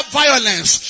violence